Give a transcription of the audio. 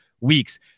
weeks